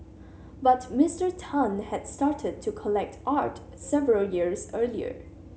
but Mister Tan had started to collect art several years earlier